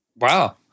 Wow